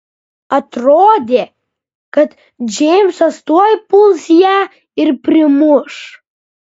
atrodė kad džeimsas tuoj puls ją ir primuš